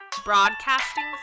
Broadcasting